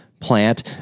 plant